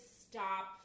stop